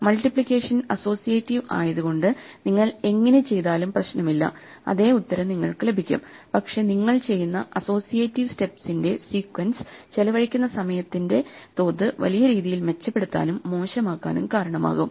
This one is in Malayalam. മൾട്ടിപ്ലികേഷൻ അസ്സോസിയേറ്റീവ് ആയത് കൊണ്ട് നിങ്ങൾ എങ്ങിനെ ചെയ്താലും പ്രശ്നമല്ല അതേ ഉത്തരം നിങ്ങൾക്ക് ലഭിക്കും പക്ഷെ നിങ്ങൾ ചെയ്യുന്ന അസോയെറ്റിവ് സ്റ്റെപ്സിന്റെ സീക്വൻസ് ചെലവഴിക്കുന്ന സമയത്തിന്റെ തോത് വലിയ രീതിയിൽ മെച്ചപ്പെടുത്താനും മോശമാക്കാനും കാരണമാകും